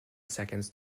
seconds